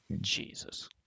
Jesus